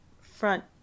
front